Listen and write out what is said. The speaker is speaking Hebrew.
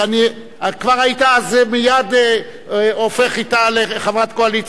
כבר היית אז מייד הופך אותה לחברת קואליציה?